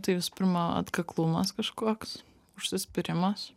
tai visų pirma atkaklumas kažkoks užsispyrimas